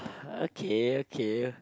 okay okay